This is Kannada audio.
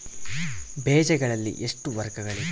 ಬೇಜಗಳಲ್ಲಿ ಎಷ್ಟು ವರ್ಗಗಳಿವೆ?